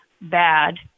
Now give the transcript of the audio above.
bad